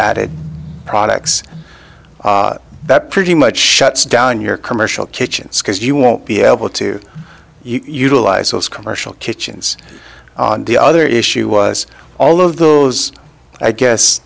added products that pretty much shuts down your commercial kitchens because you won't be able to utilize those commercial kitchens on the other issue was all of those i guess